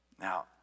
Now